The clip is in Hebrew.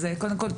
קודם כל,